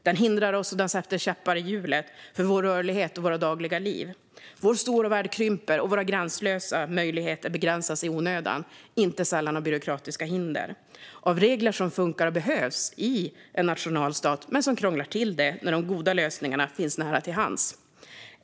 Den hindrar oss och sätter käppar i hjulet för vår rörlighet och vårt dagliga liv. Vår stora värld krymper. Våra gränslösa möjligheter begränsas i onödan, inte sällan av byråkratiska hinder. Det är regler som funkar och behövs i en nationalstat men som krånglar till det när de goda lösningarna finns nära till hands.